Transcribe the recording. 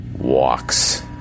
walks